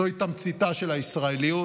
זוהי תמציתה של הישראליות.